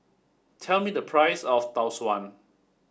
tell me the price of Tau Suan